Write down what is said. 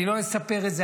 אני לא אספר את זה,